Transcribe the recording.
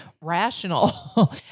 rational